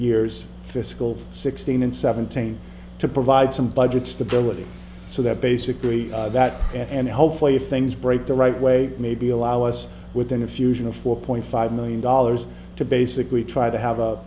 years fiscal sixteen and seventeen to provide some budgets to pillage it so that basically that and hopefully if things break the right way maybe allow us within a fusion of four point five million dollars to basically try to have a